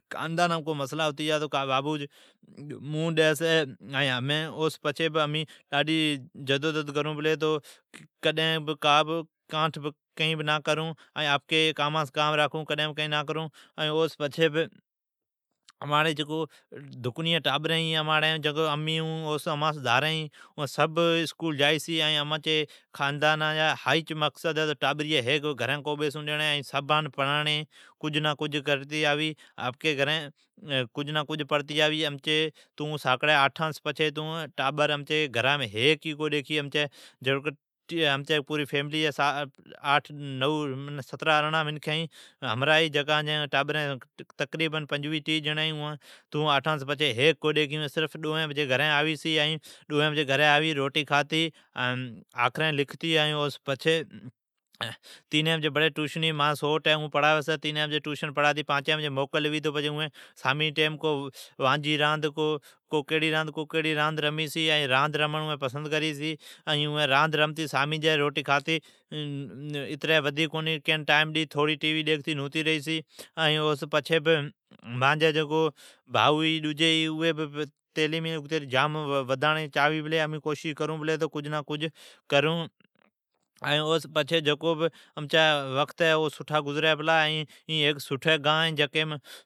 خاندانام مسلا ھوی تو کاکا بابو ئی منھن ڈی چھی۔ ائین امین جدوجھد کرون پلی۔ کڈھن بھی کئین نا کرون ائین آپکی کاماس کام راکھون۔ اوس پچھی دکنی ٹابرین اماڑی ھی۔ ائین امین ھون اماس دارین ھی جائی چھی ۔ائین امچی خاندانا جی ھا مقصد ھی لے ٹابرین ھیک بہ گھرین کو بیسون ڈون ۔ سبھان پڑانڑی ھی ائین کجھ نہ کجھ کرتے آوی آپکی گھرین ،تون ساکڑی آٹھاس سون پچھی تون ھیک ٹابر کونی ڈیکھی۔ سبھ جتین ری پڑھون۔ امچی فیملی جی تکریبن آٹھ نو ۔ سوڑا سترا جینری ھی اوان جی ٹابرین پنجویھ ٹیھ جینڑی ھی ۔ اواین ڈووین بجی آوی چھی ائین روٹی کھاتی۔ ائین بڑی تینین بجی مانجی سوٹ ہے۔ اون ٹوشن پڑھاوی چھی۔ ائین پانچین بجی موکل ھوی چھی۔ ائین او سون پچھی سامی جی وانجی راند کو کیڑی راند رمون جائی چھی، راند رمی چھی۔ ائین سامین جی تھوڑی ٹی وی ڈیکھتی ناتی ریئی چھی۔ امین ائین امچی بھائو ائی اگتی تعلیم گینڑی لی کوشش کرون پلی تو امین کئین نہ کئین کرون۔ امچی زندگی ڈاڈھی سٹھی گزری پلی۔ ائین این۔ سٹھی گان ھی جکیم